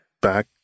back